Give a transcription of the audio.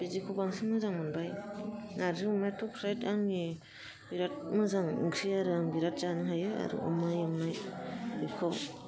बिदिखौ बांसिन मोजां मोनबाय नारजि अमायाथ' फ्राय आंनि बिरात मोजां ओंख्रि आरो आं बिरात जानो हायो आरो अमा एवनाय बेखौ